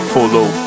Follow